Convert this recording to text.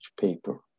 paper